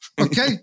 Okay